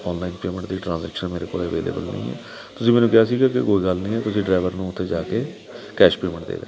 online payment ਦੀ transaction ਮੇਰੇ ਕੋਲ ਅਵੇਲੇਬਲ ਨਹੀਂ ਹੈ ਤੁਸੀਂ ਮੈਨੂੰ ਕਿਹਾ ਸੀਗਾ ਕਿ ਕੋਈ ਗੱਲ ਨਹੀਂ ਤੁਸੀਂ ਡਰਾਈਵਰ ਨੂੰ ਉੱਥੇ ਜਾ ਕੇ ਕੈਸ਼ ਪੇਮੈਂਟ ਦੇ ਦੇਣਾ